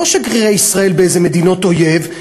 לא שגרירי ישראל באיזה מדינות אויב,